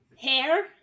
hair